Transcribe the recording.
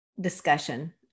discussion